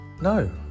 No